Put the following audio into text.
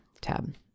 tab